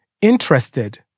interested